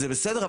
זה בסדר,